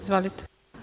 Izvolite.